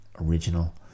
original